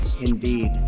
indeed